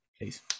please